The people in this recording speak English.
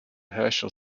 herschel